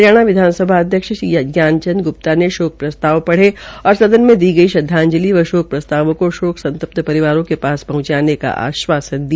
हरियाणा विधानसभा अध्यक्ष श्री ज्ञानचंद ग्रप्ता ने भी शोक प्रस्ताव पढ़े और सदन में दी गई श्रदधांजलि व शोक प्रस्तावों को शोक संतप्त परिवारों के पास पहंचाने का आश्वासन दिया